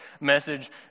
message